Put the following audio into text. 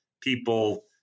people